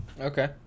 Okay